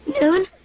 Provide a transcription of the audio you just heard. Noon